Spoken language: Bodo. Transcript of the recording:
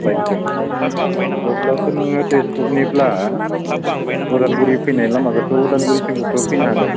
बाइकजों अब्लाथ' नोङो तेजपुरनिब्ला अदालगुरि फैनाय लामाखौथ' अदालगुरिसिमबोथ' फैनो हागोन